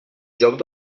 joc